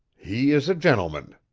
he is a gentleman,